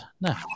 now